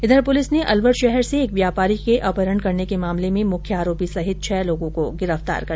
इधर पुलिस ने अलवर शहर से एक व्यापारी के अपहरण करने के मामले में मुख्य आरोपी सहित छह लोगों को गिरफ्तार कर लिय हैं